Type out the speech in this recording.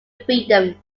freedom